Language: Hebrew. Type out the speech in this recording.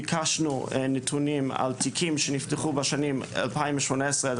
ביקשנו נתונים על תיקים שנפתחו בשנים 2018 עד